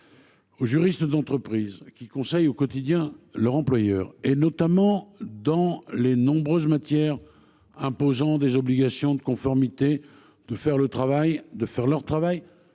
aux juristes d’entreprise qui conseillent au quotidien leur employeur, notamment dans les nombreuses matières imposant des obligations de conformité, de faire leur travail